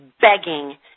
begging